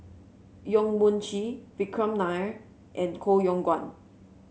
Yong Mun Chee Vikram Nair and Koh Yong Guan